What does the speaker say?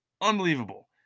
unbelievable